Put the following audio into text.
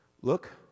Look